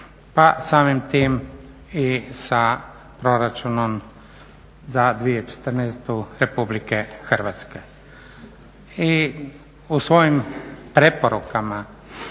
Pa samim tim i sa proračunom za 2014. Republike Hrvatske. I u svojim preporukama